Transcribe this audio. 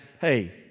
hey